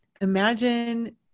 imagine